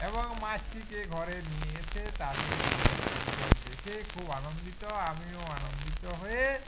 এবং মাছটিকে ঘরে নিয়ে এসে তাদের ঘরের লোকজন দেখে খুব আনন্দিত আমিও আনন্দিত হয়ে